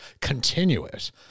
continuous